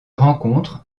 rencontre